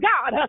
God